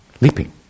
leaping